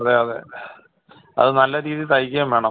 അതെ അതെ അത് നല്ല രീതി തയ്ക്കേം വേണം